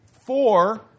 four